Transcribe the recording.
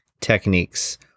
techniques